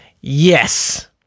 Yes